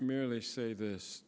merely say this